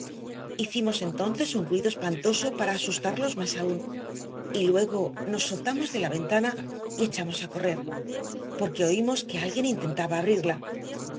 hicimos entonces un ruido espantoso para asustarlos más aún y luego nos soltamos de la ventana y echamos a correr porque oímos que alguien intentaba abrirla